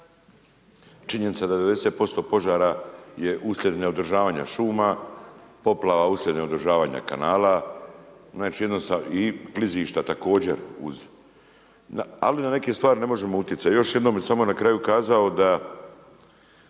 Činjenica da 90% požara je uslijed neodržavanja šuma, poplava uslijed neodržavanja kanala, znači jednostavno i klizišta također, uz, ali na neke stvari ne možemo utjecati. Još jednom bi samo na kraju kazao, da